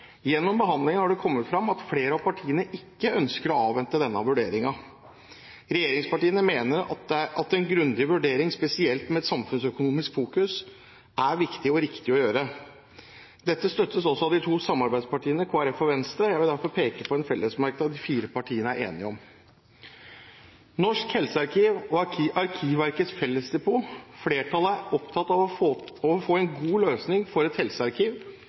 Gjennom behandlingen har det kommet fram at flere av partiene ikke ønsker å avvente denne vurderingen. Regjeringspartiene mener at en grundig vurdering, spesielt med et samfunnsøkonomisk fokus, er viktig og riktig å gjøre. Dette støttes også av de to samarbeidspartiene Kristelig Folkeparti og Venstre. Jeg vil derfor peke på en fellesmerknad de fire partiene er enige om angående Norsk helsearkiv og Arkivverkets fellesdepot: «Flertallet er opptatt av å få en god løsning for et helsearkiv,